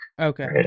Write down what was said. Okay